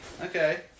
Okay